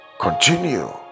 continue